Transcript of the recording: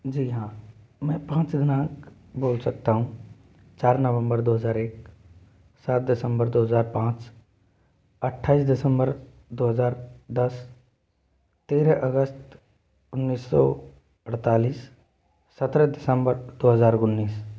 जी हाँ मै पाँच दिनांक बोल सकता हूँ चार नवंबर दो हज़ार एक सात दिसंबर दो हज़ार पाँच अट्ठाइस दिसंबर दो हज़ार दस तेरह अगस्त उन्नीस सौ अड़तालीस सत्रह दिसंबर दो हज़ार उन्नीस